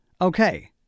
Okay